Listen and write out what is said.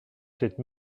cette